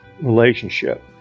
relationship